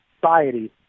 society